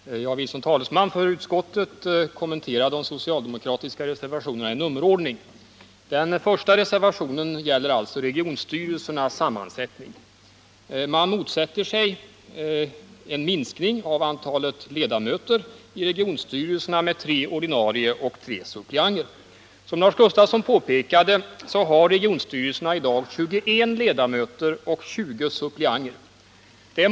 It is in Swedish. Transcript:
Herr talman! Jag vill som talesman för utskottet kommentera de socialdemokratiska reservationerna i nummerordning. Den första reservationen gäller regionstyrelsernas sammansättning. Reservanterna motsätter sig en minskning av antalet ledamöter i regionstyrelserna med tre ordinarie och tre suppleanter. Som Lars Gustafsson påpekat har regionstyrelserna i dag 21 ledamöter och 20 suppleanter.